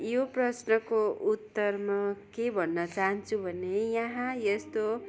यो प्रश्नको उत्तर म के भन्न चाहन्छु भने यहाँ यस्तो